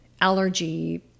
allergy